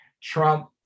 Trump